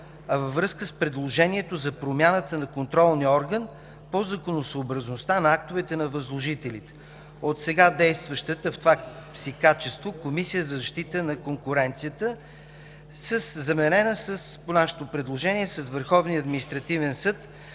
а във връзка с предложението за промяната на контролния орган по законосъобразността на актовете на възложителите – от сега действащата в това си качество Комисия за защита на конкуренцията, заменена, по нашето предложение, с Върховния административен съд,